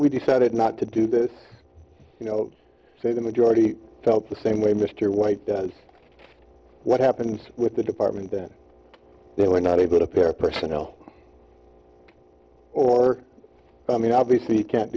we decided not to do this you know say the majority felt the same way mr white what happens with the department that they were not able to bear personnel or i mean obviously you can't